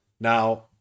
Now